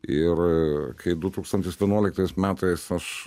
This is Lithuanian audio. ir kai du tūkstantis vienuoliktais metais aš